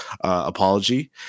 apology